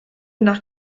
nach